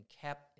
kept